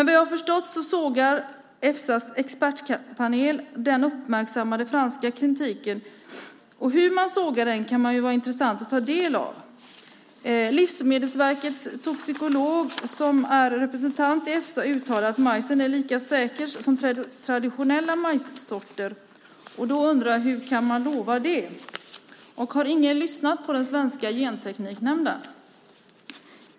Vad jag har förstått sågar Efsa:s expertpanel den uppmärksammade franska kritiken. Hur man sågar den kan det vara intressant att ta del av. Livsmedelsverkets toxikolog som är representant i Efsa uttalar att majsen är lika säker som traditionella majssorter. Då undrar jag hur man kan lova det. Och har ingen lyssnat på den svenska gentekniknämnden?